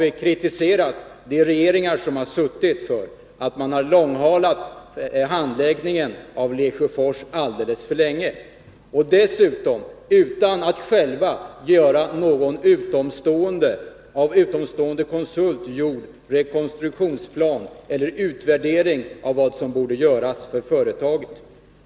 Vi har kritiserat de regeringar som har suttit för att man långhalat handläggningen av fallet Lesjöfors alldeles för länge och dessutom inte låtit en utomstående konsult göra upp en rekonstruktionsplan eller utvärdera vad som borde göras för företaget.